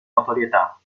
notorietà